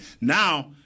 Now